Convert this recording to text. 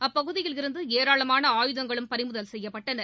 அப்பகுதியில் இருந்து ஏராளமான ஆயுதங்களும் பறிமுதல் செய்யப்பட்டன